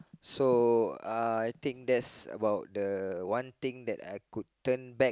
so uh I think that's about the one thing that I could turn back